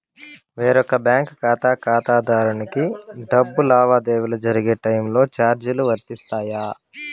వేరొక బ్యాంకు ఖాతా ఖాతాదారునికి డబ్బు లావాదేవీలు జరిగే టైములో చార్జీలు వర్తిస్తాయా?